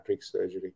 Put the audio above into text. surgery